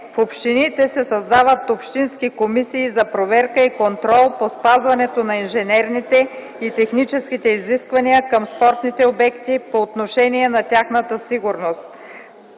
В общините се създават общински комисии за проверка и контрол по спазването на инженерните и техническите изисквания към спортните обекти по отношение на тяхната сигурност.